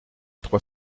trois